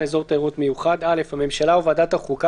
תיירות מיוחד12ב.(א)הממשלה או ועדת החוקה